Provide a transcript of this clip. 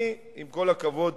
עם כל הכבוד,